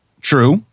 True